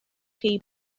chi